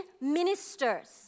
ministers